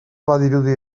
badirudi